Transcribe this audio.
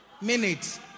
minutes